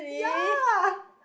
yeah